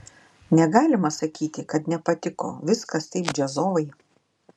negalima sakyti kad nepatiko viskas taip džiazovai